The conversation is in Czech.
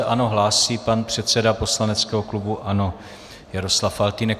Ano, hlásí pan předseda poslaneckého klubu ANO Jaroslav Faltýnek.